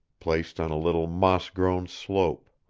placed on a little moss-grown slope